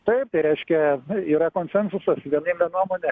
taip tai reiškia yra konsensusas vieninga nuomonė